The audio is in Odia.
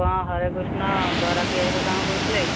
ଆପଣ ହରେକୃଷ୍ଣ ବରା ପିଆଜି ଦୋକାନ କହୁଥିଲେ